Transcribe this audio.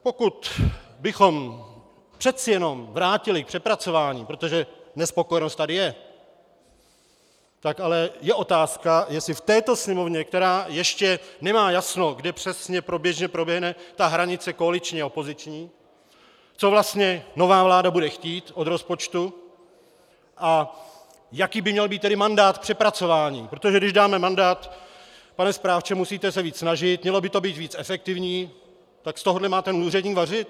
Pokud bychom přece jen vrátili k přepracování, protože nespokojenost tady je, tak je otázka, jestli v této Sněmovně, která ještě nemá jasno, kde přesně proběhne ta hranice koaliční a opoziční, co vlastně nová vláda bude chtít od rozpočtu a jaký by měl být tedy mandát k přepracování, protože když dáme mandát: pane správce, musíte se víc snažit, mělo by to být víc efektivní tak z toho má ten úředník vařit?